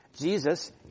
Jesus